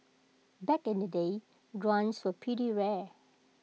back in the day grants were pretty rare